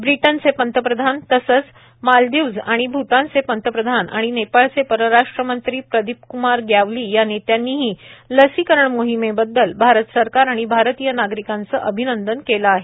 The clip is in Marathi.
ब्रिटनचे पंतप्रधान मालदिव्जचे पंतप्रधान भूतानचे पंतप्रधान नेपाळचे परराष्ट्रमंत्री प्रदीपक्मार ग्यावली या नेत्यांनीही लसीकरण मोहिमेबद्दल भारत सरकार आणि भारतीय नागरिकांचं अभिनंदन केलं आहे